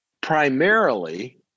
primarily